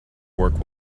work